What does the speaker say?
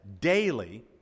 daily